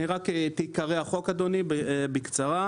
אני רק את עיקרי החוק, אדוני, בקצרה.